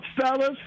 fellas